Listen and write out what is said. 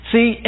See